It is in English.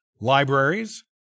libraries